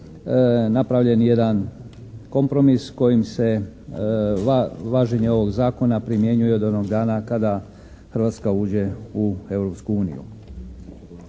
napravljen jedan kompromis kojim se važenje ovog zakona primjenjuje od onog dana kada Hrvatska uđe u